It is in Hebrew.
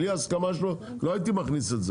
בלי ההסכמה שלו לא הייתי מכניס את זה.